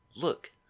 look